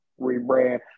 rebrand